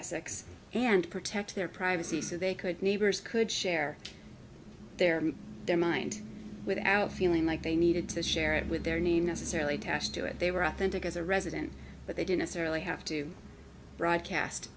essex and protect their privacy so they could neighbors could share their their mind without feeling like they needed to share it with their name necessarily attached to it they were authentic as a resident but they don't necessarily have to broadcast